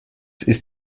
ist